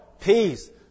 peace